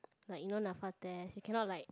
like you know Napfa test you cannot like